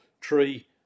tree